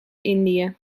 indië